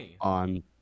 on